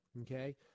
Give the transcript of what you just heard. okay